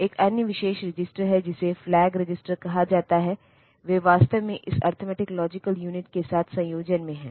एक अन्य विशेष रजिस्टर है जिसे फ्लैग रजिस्टर कहा जाता है वे वास्तव में इस अरिथमेटिक लॉजिकल यूनिट के साथ संयोजन में हैं